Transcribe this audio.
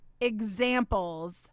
examples